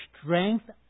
strength